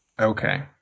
Okay